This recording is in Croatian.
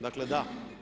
Dakle, da.